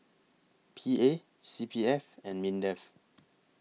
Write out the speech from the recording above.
P A C P F and Mindef